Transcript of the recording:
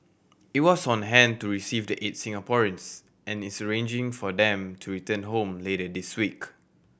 it was on hand to receive the eight Singaporeans and is arranging for them to return home later this week